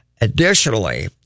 Additionally